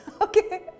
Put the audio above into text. Okay